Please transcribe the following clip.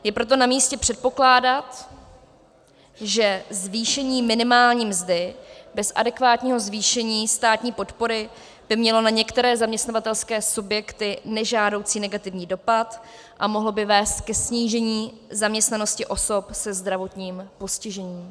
Je proto namístě předpokládat, že zvýšení minimální mzdy bez adekvátního zvýšení státní podpory by mělo na některé zaměstnavatelské subjekty nežádoucí negativní dopad a mohlo by vést ke snížení zaměstnanosti osob se zdravotním postižením.